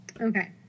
Okay